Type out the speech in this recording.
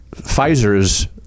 Pfizer's